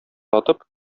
атып